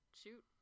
shoot